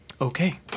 okay